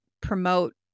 promote